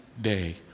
day